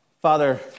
Father